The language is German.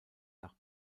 nach